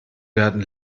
werden